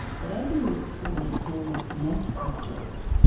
but as you move to smaller and smaller mass objects,